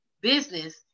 business